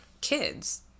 kids